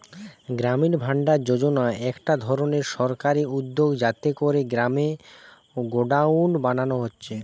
গ্রামীণ ভাণ্ডার যোজনা একটা ধরণের সরকারি উদ্যগ যাতে কোরে গ্রামে গোডাউন বানানা হচ্ছে